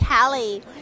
Callie